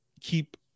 keep